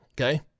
okay